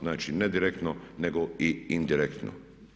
Znači, ne direktno nego i indirektno.